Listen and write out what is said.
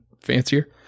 fancier